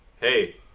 Hey